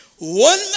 One